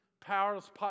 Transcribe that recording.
Powerless